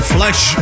Flesh